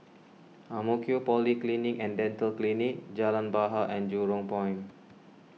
Ang Mo Kio Polyclinic and Dental Clinic Jalan Bahar and Jurong Point